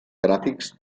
gràfics